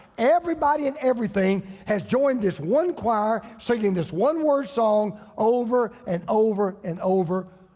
everybody and everything has joined this one choir singing this one word song over and over and over,